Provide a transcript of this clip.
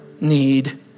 need